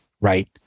right